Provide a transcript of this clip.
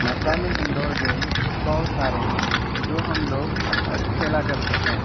مقامی indoor games بہت سارے ہیں جو ہم لوگ کھیلا کرتے ہیں